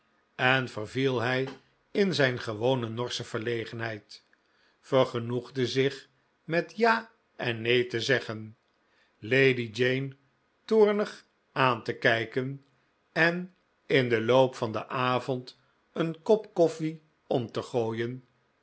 en verviel hij in zijn gewone norsche verlegenheid vergenoegde zich met ja en nee te zeggen lady jane toornig aan te kijken en in den loop van den avond een kop koffle om te gooien